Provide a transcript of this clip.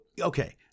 okay